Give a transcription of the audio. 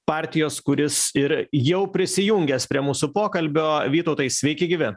partijos kuris ir jau prisijungęs prie mūsų pokalbio vytautai sveiki gyvi